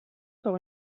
par